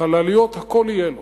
חלליות, הכול יהיה לו,